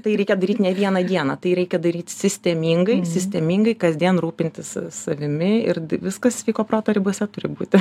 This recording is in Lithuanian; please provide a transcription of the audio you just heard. tai reikia daryt ne vieną dieną tai reikia daryt sistemingai sistemingai kasdien rūpintis savimi ir viskas sveiko proto ribose turi būti